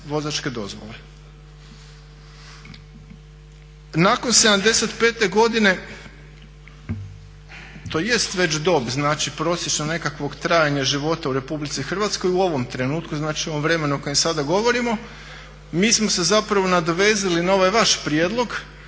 vozačke dozvole. Nakon 75 godine, to jest već dob znači prosječno nekakvog trajanja života u Republici Hrvatskoj u ovom trenutku, znači u ovom vremenu o kojem sada govorimo. Mi smo se zapravo nadovezali na ovaj vaš prijedlog